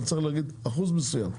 אבל צריך להגיד אחוז מסוים.